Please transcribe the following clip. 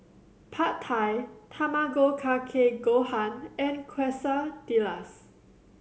Pad Thai Tamago Kake Gohan and Quesadillas